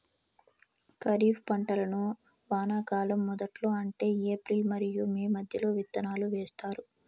ఖరీఫ్ పంటలను వానాకాలం మొదట్లో అంటే ఏప్రిల్ మరియు మే మధ్యలో విత్తనాలు వేస్తారు